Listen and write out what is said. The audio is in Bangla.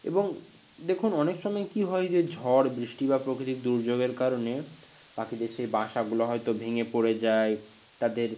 এবং দেখুন অনেক সময় কী হয় যে ঝড় বৃষ্টি বা প্রাকৃতিক দুর্যোগের কারণে পাখিদের সেই বাসাগুলো হয়তো ভেঙে পড়ে যায় তাদের